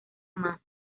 más